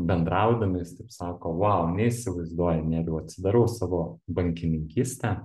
bendraudami jis taip sako vau neįsivaizduoji nerijau atsidarau savo bankininkystę